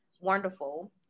wonderful